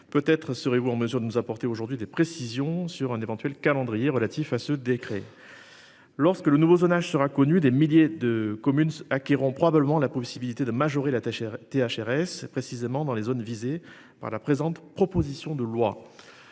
Peut-être serez-vous en mesure de nous apporter aujourd'hui des précisions sur un éventuel calendrier relatif à ce décret. Lorsque le nouveau zonage sera connu des milliers de communes acquerront probablement la possibilité de majorer la tâche R. T hrs précisément dans les zones visées par la présente, proposition de loi.